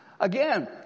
Again